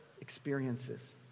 experiences